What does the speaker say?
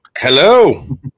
Hello